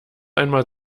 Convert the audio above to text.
einmal